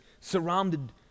surrounded